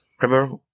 Remember